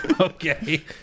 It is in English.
Okay